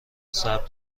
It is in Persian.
ثبت